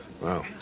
Wow